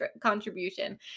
contribution